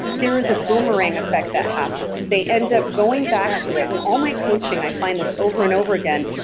there is a boomerang effect that happens. they end up going back to it. in all my coaching, i find this over and over again.